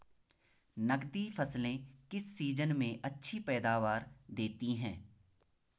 नकदी फसलें किस सीजन में अच्छी पैदावार देतीं हैं?